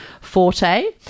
forte